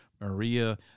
Maria